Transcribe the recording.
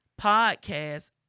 podcast